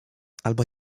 albo